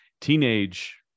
teenage